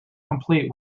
complete